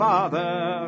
Father